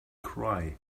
cry